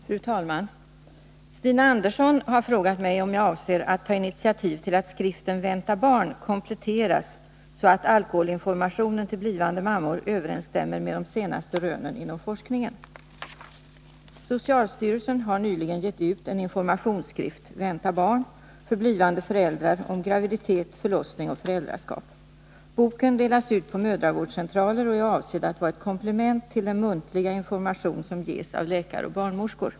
Fru talman! Stina Andersson har frågat mig om jag avser att ta initiativ till att skriften Vänta barn kompletteras så, att alkoholinformationen till blivande mammor överensstämmer med de senaste rönen inom forskningen. Socialstyrelsen har nyligen gett ut en informationsskrift, Vänta barn, för blivande föräldrar om graviditet, förlossning och föräldraskap. Boken delas ut på mödravårdscentraler och är avsedd att vara ett komplement till den muntliga information som ges av läkare och barnmorskor.